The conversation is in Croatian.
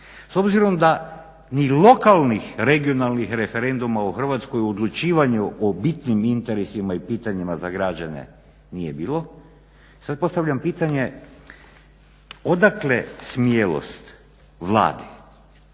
s obzirom da ni lokalnih, regionalnih referenduma u Hrvatskoj u odlučivanju o bitnim interesima i pitanima za građane nije bilo, sad postavljam pitanje odakle smjelost Vladi,